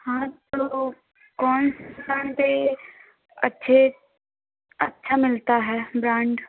हाँ तो कौन दुकान पर अच्छे अच्छा मिलता है ब्रांड